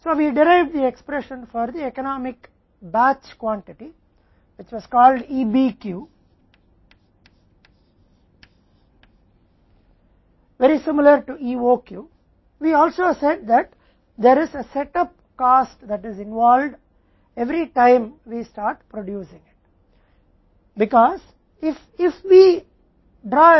इसलिए हम एक आर्थिक बैच मात्रा के लिए एक अभिव्यक्ति प्राप्त करते हैं जिसे E O Q के समान E B Q कहा जाता था हमने यह भी कहा कि यह एक सेट अप लागत है जो हर बार जब हम उत्पादन शुरू करते हैं तो शामिल होती है